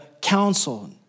counsel